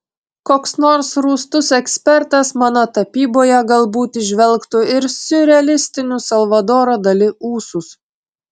koks nors rūstus ekspertas mano tapyboje galbūt įžvelgtų ir siurrealistinius salvadoro dali ūsus